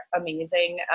amazing